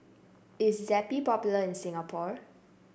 is Zappy popular in Singapore